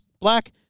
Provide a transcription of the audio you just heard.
black